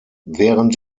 während